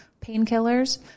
painkillers